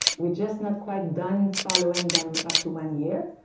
we're just not quite done following them up to one year.